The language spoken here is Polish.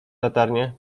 latarnię